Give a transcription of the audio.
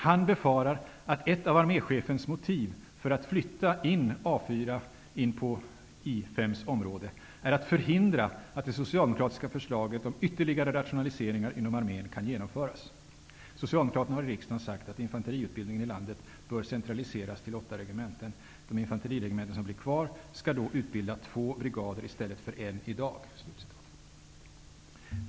Han befarar att ett av arméchefens motiv för att flytta in A 4 in på I 5:s område är att förhindra att det socialdemokratiska förslaget om ytterligare rationaliseringar inom armén kan genomföras. Socialdemokraterna har i riksdagen sagt att infanteriutbildningen i landet bör centraliseras till åtta regementen. De infanteriregementen som blir kvar skall då utbilda två brigader i stället för en i dag.''